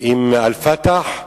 עם ה"פתח",